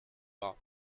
bras